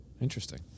Interesting